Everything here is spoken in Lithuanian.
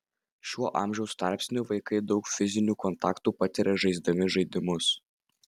šiuo amžiaus tarpsniu vaikai daug fizinių kontaktų patiria žaisdami žaidimus